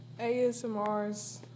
ASMRs